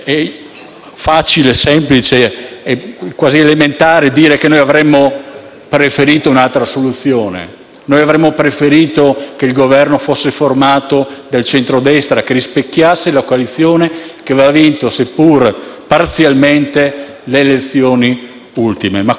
facile, semplice, quasi elementare dire che avremmo preferito un'altra soluzione. Avremmo preferito che il Governo fosse formato dal centrodestra, rispecchiando la coalizione che aveva vinto, seppur parzialmente, le elezioni ultime. Questo